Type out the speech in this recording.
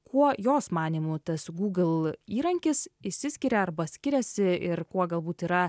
kuo jos manymu tas google įrankis išsiskiria arba skiriasi ir kuo galbūt yra